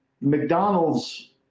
McDonald's